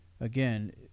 again